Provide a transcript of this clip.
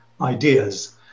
ideas